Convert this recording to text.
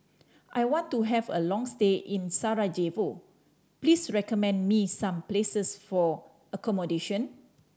I want to have a long stay in Sarajevo please recommend me some places for accommodation